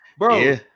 Bro